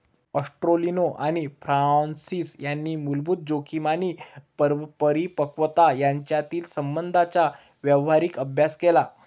ॲस्टेलिनो आणि फ्रान्सिस यांनी मूलभूत जोखीम आणि परिपक्वता यांच्यातील संबंधांचा व्यावहारिक अभ्यास केला